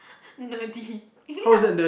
nerdy ya